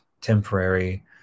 temporary